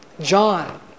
John